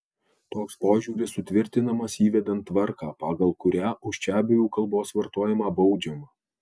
toks požiūris sutvirtinamas įvedant tvarką pagal kurią už čiabuvių kalbos vartojimą baudžiama